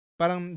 parang